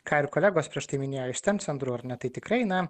ką ir kolegos prieš tai minėjo iš steam centrų ar ne tai tikrai na